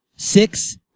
Six